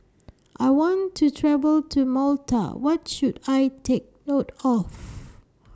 I want to travel to Malta What should I Take note of